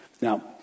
Now